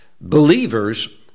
believers